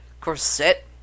corset